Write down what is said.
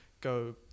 go